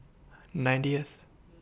ninetieth